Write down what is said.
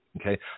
okay